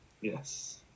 Yes